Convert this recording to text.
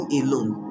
alone